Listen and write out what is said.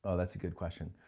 oh, that's a good question.